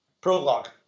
Prologue